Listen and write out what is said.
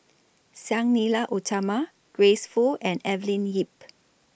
Sang Nila Utama Grace Fu and Evelyn Lip